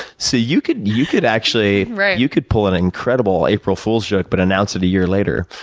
so, you could you could actually right. you could pull and incredible april fool's joke, but announce it a year later.